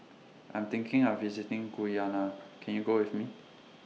I'm thinking of visiting Guyana Can YOU Go with Me